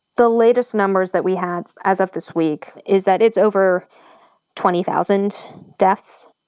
the latest numbers that we have, as of this week, is that it's over twenty thousand deaths.